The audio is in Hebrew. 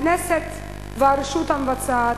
הכנסת והרשות המבצעת,